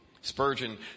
Spurgeon